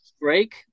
break